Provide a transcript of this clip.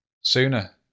sooner